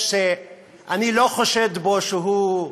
אני לא חושד בו שהוא,